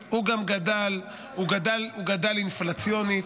זה לא קואליציוני.